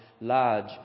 large